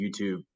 YouTube